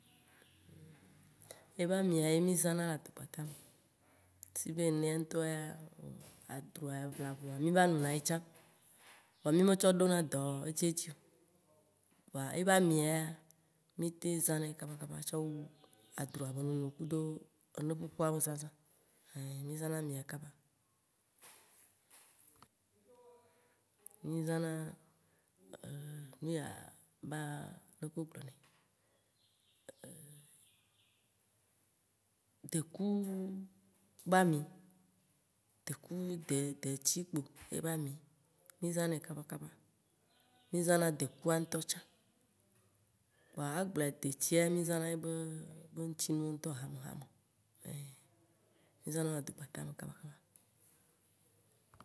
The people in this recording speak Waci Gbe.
Ye ba mìa ye mì zãna le adokpata me, si be nea ŋtɔ ya, adroa vlavoa mì va nona ye tsã voa mì me tsɔ ɖona dɔ edziedzi o. Vɔa, ye be amia ya mì tem zã nɛ kaba kaba tsɔ wu adroa be nono kudo ene ƒuƒua be zazã, ein mì zãna amia kaba. Mì zãna nuya ba leke wo gblɔ nɛ? deku ba mi, deku, detikpo ye be ami, mì zãnɛ kaba kaba, mì zãna dekua ŋtɔ tsã, kpoa agblɔe, detia mìzãna ye be ŋtinuwo ŋtɔ hame, hame. Mì zãnawo le adokpata me kaba kaba.